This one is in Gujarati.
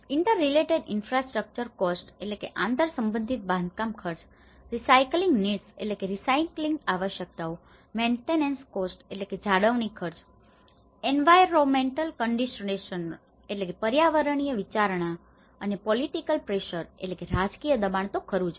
inter related infrastructure cost Inter related infrastructure costs આંતર સંબંધિત બાંધકામ ખર્ચ રિસાયક્લિંગ નીડ્સ recycling needs રિસાયક્લિંગ આવશ્યકતાઓ મેન્ટેનન્સ કોસ્ટ maintenance cost જાળવણી ખર્ચ એન્વાયરોંમેંટલ કન્સિડરેશનઓ environmental considerations પર્યાવરણીય વિચારણા અને પોલિટિકલ પ્રેશર political pressures રાજકીય દબાણ તો ખરું જ